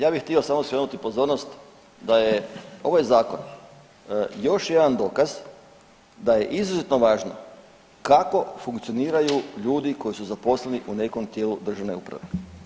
Ja bih htio samo skrenuti pozornost da je ovaj zakon još jedan dokaz da je izuzetno važno kako funkcioniraju ljudi koji su zaposleni u nekom tijelu državne uprave.